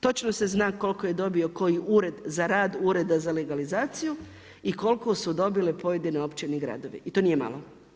Točno se zna koliko je dobio koji ured za rad ureda za legalizaciju i koliko su dobile pojedine općine i gradovi i to nije malo.